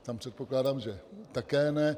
Tam předpokládám, že také ne.